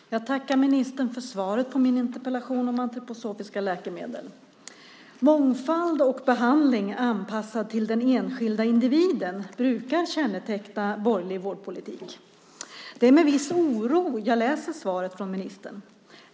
Herr talman! Jag tackar ministern för svaret på min interpellation om antroposofiska läkemedel. Mångfald och behandling anpassad till den enskilda individen brukar känneteckna borgerlig vårdpolitik. Det är med viss oro jag läser svaret från ministern.